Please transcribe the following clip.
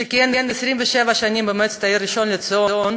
שכיהן 27 שנים במועצת העיר ראשון-לציון,